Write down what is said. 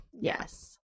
yes